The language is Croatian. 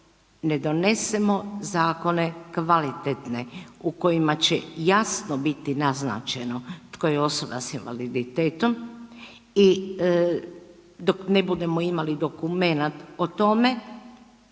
ne donesemo zakone kvalitetne u kojima će jasno biti naznačeno tko je osoba s invaliditetom i dok ne budemo imali dokumenat o tome